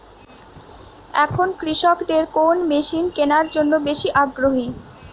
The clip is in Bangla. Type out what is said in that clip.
এখন কৃষকদের কোন মেশিন কেনার জন্য বেশি আগ্রহী?